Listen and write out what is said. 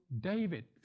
David